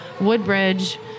Woodbridge